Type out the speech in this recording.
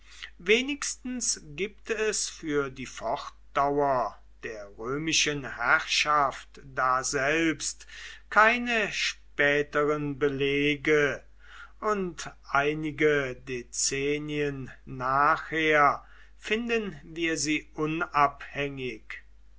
wenigstens gibt es für die fortdauer der römischen herrschaft daselbst keine späteren belege und einige dezennien nachher finden wir sie unabhängig